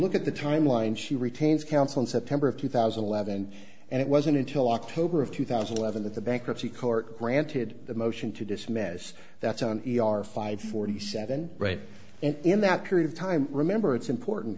look at the timeline she retains counsel in september of two thousand and eleven and it wasn't until october of two thousand and eleven that the bankruptcy court granted the motion to dismiss as that's on e r five forty seven right and in that period of time remember it's important